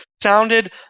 sounded